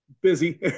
busy